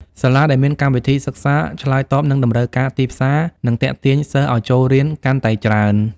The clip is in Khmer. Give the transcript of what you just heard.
សាលាដែលមានកម្មវិធីសិក្សាឆ្លើយតបនឹងតម្រូវការទីផ្សារនឹងទាក់ទាញសិស្សឱ្យចូលរៀនកាន់តែច្រើន។